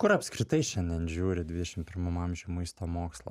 kur apskritai šiandien žiūri dvidešim pirmam amžiuj maisto mokslas